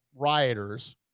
rioters